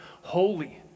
holy